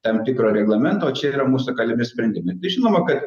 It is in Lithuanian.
tam tikro reglamento čia yra mūsų galimi sprendimai tai žinoma kad